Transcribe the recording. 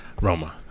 Roma